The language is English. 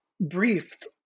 briefed